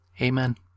Amen